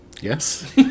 Yes